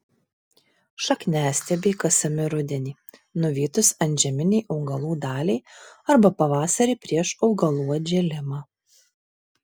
šakniastiebiai kasami rudenį nuvytus antžeminei augalų daliai arba pavasarį prieš augalų atžėlimą